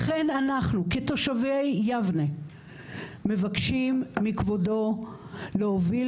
לכן אנחנו כתושבי יבנה מבקשים מכבודו להוביל